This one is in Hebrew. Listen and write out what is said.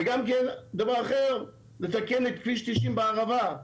וגם דבר אחר, לתקן את כביש 90 בערבה.